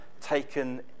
taken